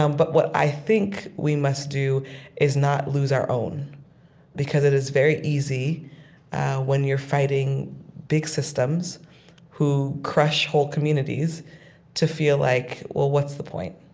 um but what i think we must do is not lose our own because it is very easy when you're fighting big systems who crush whole communities to feel like, well, what's the point?